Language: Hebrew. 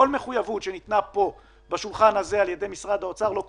כל מחויבות שניתנה לוועדה על ידי משרד האוצר לא קוימה.